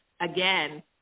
again